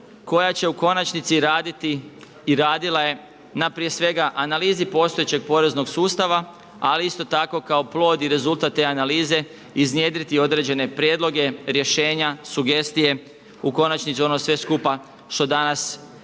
koja će u konačnici raditi i radila je na prije svega analizi postojećeg poreznog sustava ali isto tako kao plod i rezultat te analize iznjedriti određene prijedloge, rješenja, sugestije, u konačnici ono sve skupa što danas mi ovdje